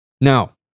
Now